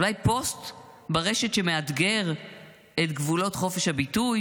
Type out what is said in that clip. אולי פוסט ברשת שמאתגר את גבולות חופש הביטוי,